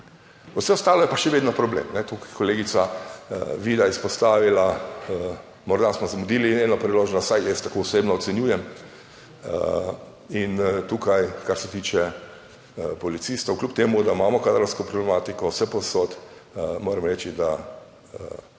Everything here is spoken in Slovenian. vse ostalo je pa še vedno problem. Tukaj je kolegica Vida izpostavila, morda smo zamudili eno priložnost, vsaj jaz tako osebno ocenjujem, in tukaj kar se tiče policistov, kljub temu, da imamo kadrovsko problematiko vsepovsod, moram reči, da